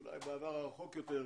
אולי בעבר הרחוק יותר,